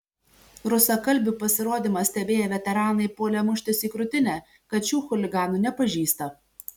rusakalbių pasirodymą stebėję veteranai puolė muštis į krūtinę kad šių chuliganų nepažįsta